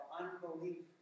unbelief